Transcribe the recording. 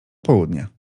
południa